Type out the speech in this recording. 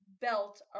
belt